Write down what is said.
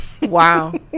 Wow